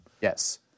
Yes